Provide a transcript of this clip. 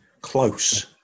close